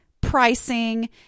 pricing